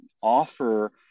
offer